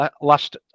Last